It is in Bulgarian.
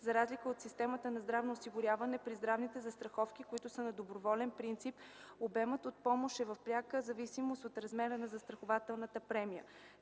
За разлика от системата на здравно осигуряване, при здравните застраховки, които са на доброволен принцип, обемът от помощ е в пряка зависимост от размера на застрахователната премия;